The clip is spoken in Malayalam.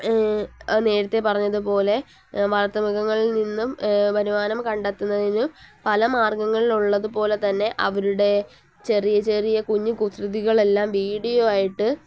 നേരത്തെ പറഞ്ഞതുപോലെ വളർത്തുമൃഗങ്ങളിൽനിന്നും വരുമാനം കണ്ടെത്തുന്നതിനും പല മാർഗ്ഗങ്ങളിലുള്ളതുപോലെ തന്നെ അവരുടെ ചെറിയ ചെറിയ കുഞ്ഞു കുസൃതികളെല്ലാം വീഡിയോ ആയിട്ട്